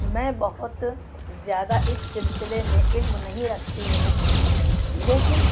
میں بہت زیادہ اس سلسلے میں علم نہیں رکھتی ہوں لیکن